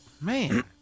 Man